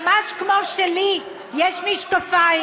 ממש כמו שלי יש משקפיים.